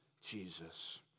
Jesus